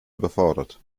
überfordert